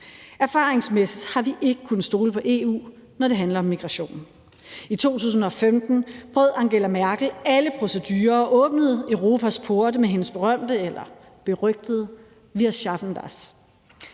erfaringsmæssigt har vi ikke kunnet stole på EU, når det handler om migration. I 2015 brød Angela Merkel alle procedurer og åbnede Europas porte med sit berømte eller berygtede »wir schaffen das«.